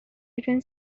between